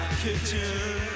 kitchen